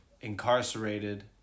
incarcerated